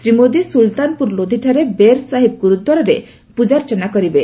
ଶ୍ରୀ ମୋଦୀ ସୁଲତାନପୁର ଲୋଧିଠାରେ ବେର୍ ସାହିବ ଗୁରୁଦ୍ୱାରରେ ପୂଜାର୍ଚ୍ଚନା କରିବେ